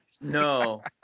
No